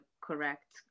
correct